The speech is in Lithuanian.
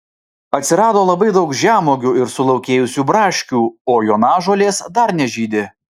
atsirado labai daug žemuogių ir sulaukėjusių braškių o jonažolės dar nežydi